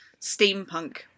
steampunk